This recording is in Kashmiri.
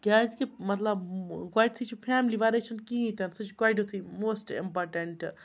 کیٛازِکہِ مطلب گۄڈتھٕے چھِ فیملی وَرٲے چھِنہٕ کِہیٖنۍ تہِ نہٕ سُہ چھِ گۄڈٮ۪تھٕے موسٹ اِمپاٹنٛٹ